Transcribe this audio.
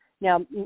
Now